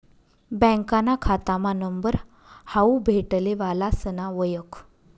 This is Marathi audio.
बँकाना खातामा नंबर हावू भेटले वालासना वयख